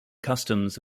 customs